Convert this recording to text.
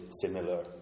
similar